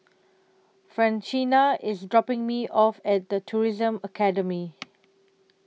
Francina IS dropping Me off At The Tourism Academy